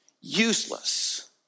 useless